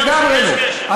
לגמרי לא.